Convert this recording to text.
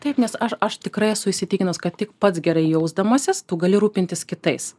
taip nes aš aš tikrai esu įsitikinus kad tik pats gerai jausdamasis tu gali rūpintis kitais